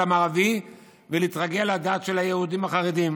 המערבי ולהתרגל לדת של היהודים החרדים.